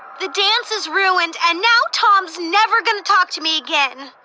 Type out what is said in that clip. the dance is ruined, and now tom's never gonna talk to me again.